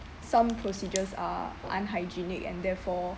some procedures are unhygienic and therefore